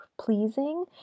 pleasing